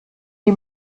die